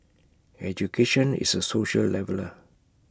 education is A social leveller